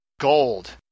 gold